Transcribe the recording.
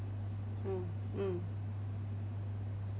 mm mm